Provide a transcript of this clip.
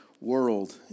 world